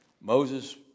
Moses